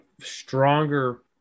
stronger